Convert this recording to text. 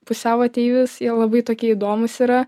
pusiau ateivis jie labai tokie įdomūs yra